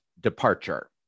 Departure